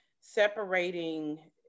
Separating